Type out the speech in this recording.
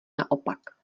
naopak